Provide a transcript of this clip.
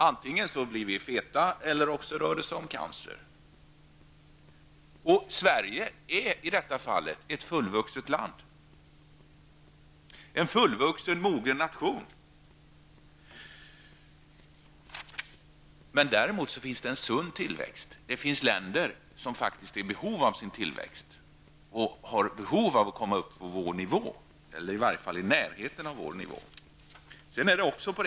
Antingen blir vi feta eller också rör det sig om cancer. Sverige är i detta fall ett fullvuxet land, en fullvuxen och mogen nation. Men det finns också en sund tillväxt. Det finns länder som faktiskt är i behov av tillväxt och har behov av att komma upp på vår nivå eller i varje fall i närheten av vår nivå.